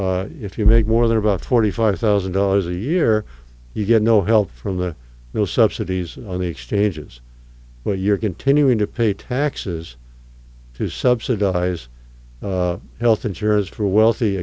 if you make more than about forty five thousand dollars a year you get no help from the real subsidies on the exchanges but you're continuing to pay taxes to subsidize health insurance for wealthy